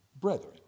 brethren